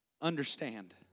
understand